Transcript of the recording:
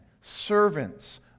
servants